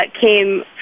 came